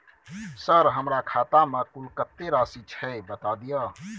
Sir हमरा खाता में कुल कत्ते राशि छै बता दिय?